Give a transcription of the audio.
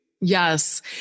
Yes